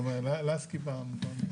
גם לסקי פעם הייתה.